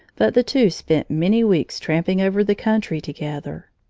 but the two spent many weeks tramping over the country together.